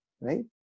right